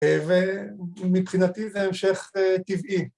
‫ומבחינתי זה המשך טבעי.